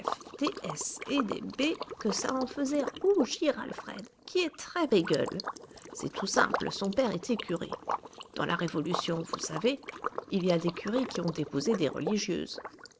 et des b que ça en faisait rougir alfred qui est très bégueule c'est tout simple son père était curé dans la révolution vous savez il y a des curés qui ont épousé des religieuses